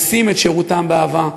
עושים את שירותם באהבה.